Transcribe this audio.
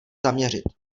zaměřit